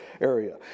area